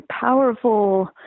powerful